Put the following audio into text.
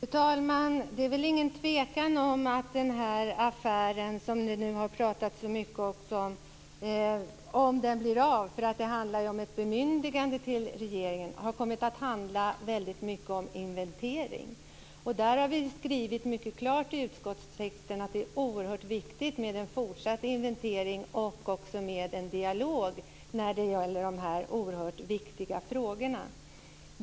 Fru talman! Det är väl ingen tvekan om att den här affären - om den nu blir av, eftersom det handlar om ett bemyndigande till regeringen - har kommit att handla väldigt mycket om inventering. Vi har mycket klart skrivit i utskottstexten att det är oerhört viktigt med en fortsatt inventering och också med en dialog när det gäller dessa oerhört viktiga frågor.